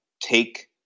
take